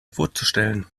vorzustellen